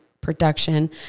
production